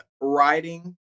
writing